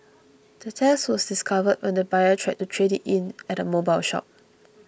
the theft was discovered when the buyer tried to trade it in at a mobile shop